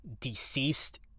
Deceased